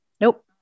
Nope